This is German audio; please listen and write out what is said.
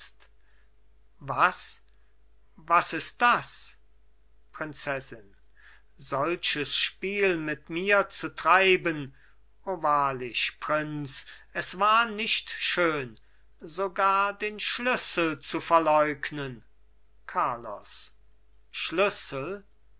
was was ist das prinzessin solches spiel mit mir zu treiben o wahrlich prinz es war nicht schön sogar den schlüssel zu verleugnen carlos schlüssel